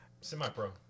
Semi-pro